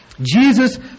Jesus